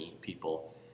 people